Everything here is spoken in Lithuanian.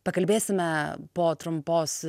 pakalbėsime po trumpos